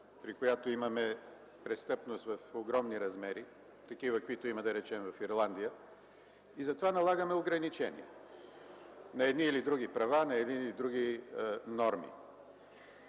при която имаме престъпност в огромни размери – такива, каквито има, да речем, в Ирландия, и затова налагаме ограничения на едни или други права, на едни или други норми.